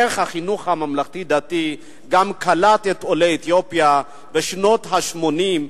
איך החינוך הממלכתי-דתי גם קלט את עולי אתיופיה בשנות ה-80,